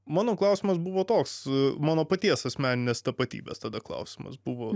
mano klausimas buvo toks mano paties asmeninės tapatybės tada klausimas buvo